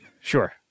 Sure